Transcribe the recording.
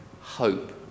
hope